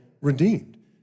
redeemed